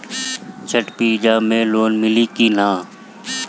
छठ पूजा मे लोन मिली की ना?